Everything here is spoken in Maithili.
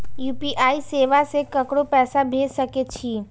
यू.पी.आई सेवा से ककरो पैसा भेज सके छी?